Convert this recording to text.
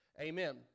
amen